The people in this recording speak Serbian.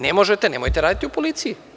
Ne možete, nemojte raditi u policiji.